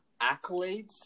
accolades